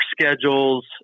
schedules